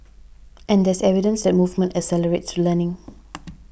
and there's evidence that movement accelerates learning